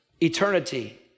eternity